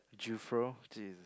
Jesus